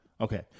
Okay